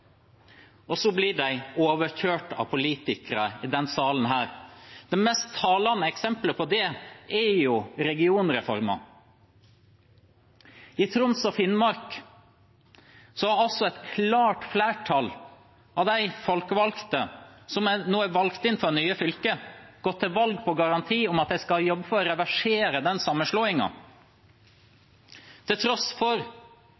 salen. Det mest talende eksemplet på det er regionreformen. I Troms og Finnmark har et klart flertall av de folkevalgte som nå er valgt inn fra det nye fylket, gått til valg på en garanti om at de skal jobbe for å reversere